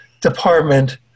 department